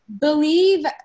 Believe